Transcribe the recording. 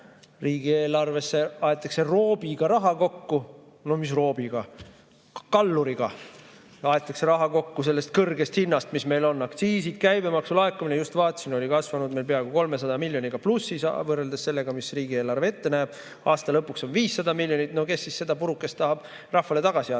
riigieelarvesse aetakse roobiga raha kokku. No mis roobiga? Kalluriga aetakse raha kokku sellest kõrgest hinnast, mis meil on. Aktsiisid, käibemaksu laekumine, just vaatasin, oli kasvanud meil, see on peaaegu 300 miljoniga plussis võrreldes sellega, mis riigieelarve ette näeb. Aasta lõpuks on 500 miljonit – no kes siis seda purukest tahab rahvale tagasi anda?